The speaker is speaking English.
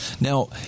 Now